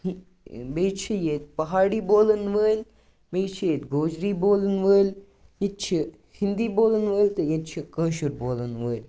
بیٚیہِ چھِ ییٚتہِ پہاڑی بولَن وٲلۍ بیٚیہِ چھِ ییٚتہِ گوجری بولَن وٲلۍ ییٚتہِ چھِ ہِندی بولَن وٲلۍ تہِ ییٚتہِ چھِ کٲشُر بولَن وٲلۍ